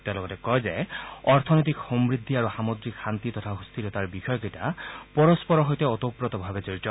তেওঁ লগতে কয় যে অৰ্থনৈতিক সমৃদ্ধি আৰু সামুদ্ৰিক শান্তি তথা সুস্থিৰতাৰ বিষয়কেইটা পৰস্পৰৰ সৈতে ওতঃপ্ৰত ভাৱে জড়িত